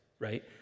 right